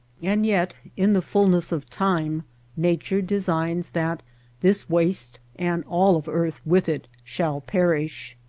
and yet in the fulness of time nature de signs that this waste and all of earth with it shall perish.